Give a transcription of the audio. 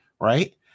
right